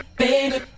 baby